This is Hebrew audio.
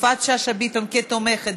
ועדת החוקה?